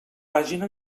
pàgina